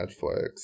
Netflix